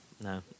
No